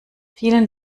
vielen